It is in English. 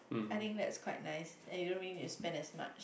I think that's quite nice and you really don't need to spend as much